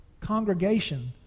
congregation